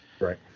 Right